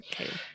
okay